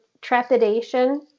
trepidation